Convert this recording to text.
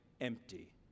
empty